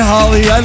Holly